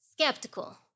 Skeptical